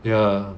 ya